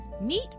meet